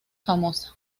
famosa